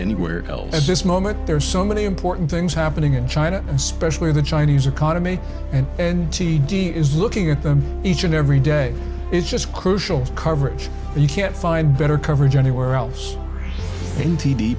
anywhere else at this moment there are so many important things happening in china especially the chinese economy and and t d is looking at them each and every day is just crucial coverage and you can't find better coverage anywhere else in t